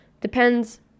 depends